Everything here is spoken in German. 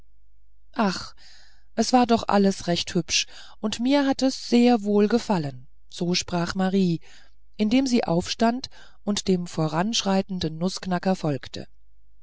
ach es war doch alles recht hübsch und mir hat es sehr wohl gefallen so sprach marie indem sie aufstand und dem voranschreitenden nußknacker folgte